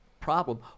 problem